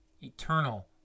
eternal